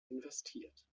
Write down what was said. investiert